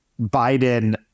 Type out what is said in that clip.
Biden